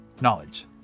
knowledge